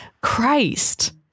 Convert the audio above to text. Christ